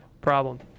problem